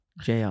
JR